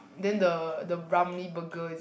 then the the Ramly-Burger